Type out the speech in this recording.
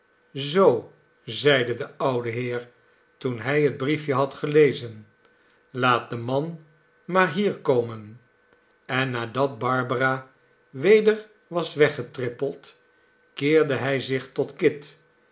zoo zeide de oude heer toen hij het briefje had gelezen laat den man maar hier komen en nadat barbara weder was weggetrippeld keerde hij zich tot kit